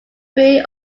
three